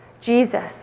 Jesus